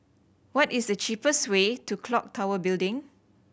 what is the cheapest way to Clock Tower Building